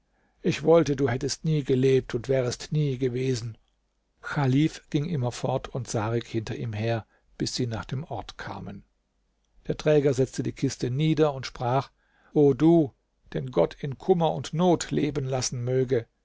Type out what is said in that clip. ich wollte du hättest nie gelebt und wärest nie gewesen chalif ging immerfort und sarik hinter ihm her bis sie nach dem ort kamen der träger setzte die kiste nieder und sprach o du den gott in kummer und not leben lassen möge